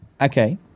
Okay